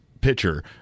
pitcher